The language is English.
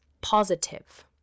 positive